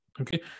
Okay